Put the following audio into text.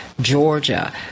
Georgia